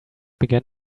began